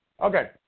Okay